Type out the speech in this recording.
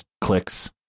clicks